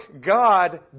God